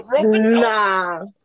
Nah